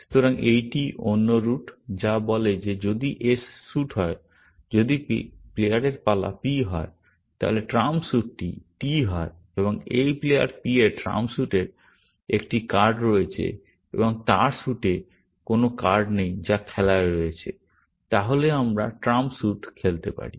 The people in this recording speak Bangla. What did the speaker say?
সুতরাং এইটি অন্য রুট যা বলে যে যদি s স্যুট হয় যদি প্লেয়ারের পালা P হয় তাহলে ট্রাম্প স্যুটটি T হয় এবং এই প্লেয়ার P এর ট্রাম্প স্যুটের একটি কার্ড রয়েছে এবং তার স্যুটে কোনও কার্ড নেই যা খেলায় রয়েছে তাহলে আমরা ট্রাম্প স্যুট খেলতে পারি